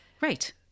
Right